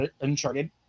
Uncharted